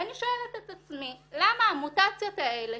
ואני שואלת את עצמי: למה המוטציות האלה,